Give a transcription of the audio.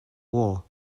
war